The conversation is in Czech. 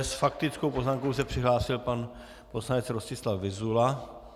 S faktickou poznámkou se přihlásil pan poslanec Rostislav Vyzula.